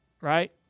right